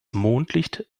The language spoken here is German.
mondlicht